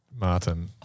Martin